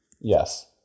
Yes